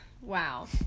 Wow